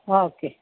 okay